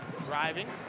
Driving